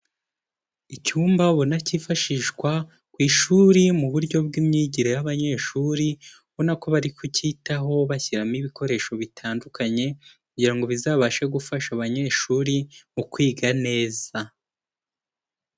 Icyumba ubona cyifashishwa ku ishuri mu buryo bw'imyigire y'abanyeshuri, ubona ko bari kucyitaho bashyiramo ibikoresho bitandukanye, kugira ngo bizabashe gufasha abanyeshuri mu kwiga neza.